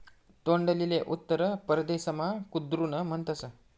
तोंडलीले उत्तर परदेसमा कुद्रुन म्हणतस